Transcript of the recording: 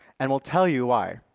and we'll tell you why.